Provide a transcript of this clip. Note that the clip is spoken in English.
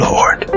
Lord